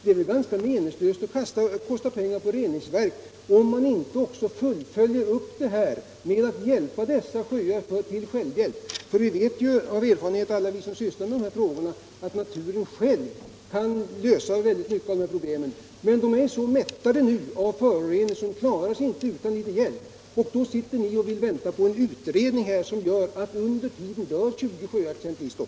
Det är väl inte stor mening med att satsa pengar på reningsverk, om man inte också följer upp åtgärderna med hjälp till självhjälp för dessa utsatta sjöar. Alla vi som sysslar med dessa frågor vet ju att naturen själv kan lösa en stor del av de här problemen, men sjöarna är nu så mättade av föroreningar att de inte klarar av den saken utan hjälp. Ni sitter här och vill vänta på en utredning, men under tiden dör kanske ytterligare 20 sjöar i Stockholms län.